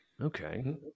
Okay